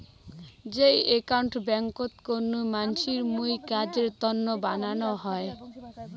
যেই একাউন্ট ব্যাংকোত কুনো মানসির মুইর কাজের তন্ন বানানো হই